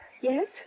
Yes